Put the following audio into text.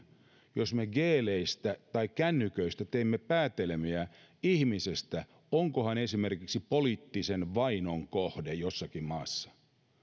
jos me geeleistä tai kännyköistä teemme päätelmiä ihmisestä onko hän esimerkiksi poliittisen vainon kohde jossakin maassa